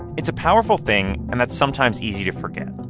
it's a powerful thing, and that's sometimes easy to forget.